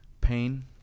Pain